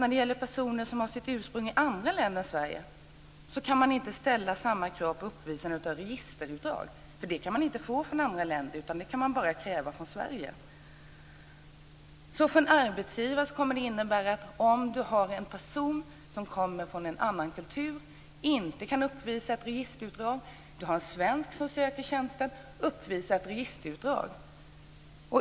När det gäller personer som har sitt ursprung i annat land än Sverige kan inte samma krav ställas på uppvisande av registerutdrag, för det kan man inte få från andra länder utan det kan bara krävas från Sverige. För en arbetsgivare kommer detta att få betydelse om en person som kommer från en annan kultur inte kan uppvisa ett registerutdrag och det finns en svensk som söker tjänsten och som kan uppvisa ett registerutdrag.